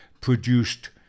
produced